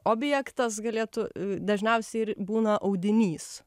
objektas galėtų dažniausiai ir būna audinys